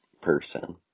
person